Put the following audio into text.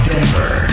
Denver